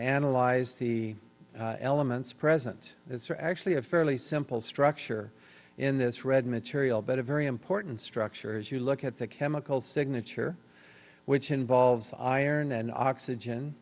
analyzed the elements present it's are actually a fairly simple structure in this red material but a very important structure is you look at the chemical signature which involves iron and oxygen